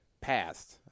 passed